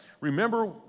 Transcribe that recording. Remember